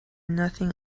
nothing